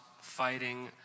fighting